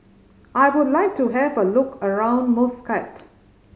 I would like to have a look around Muscat